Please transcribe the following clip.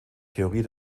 theorie